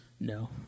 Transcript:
No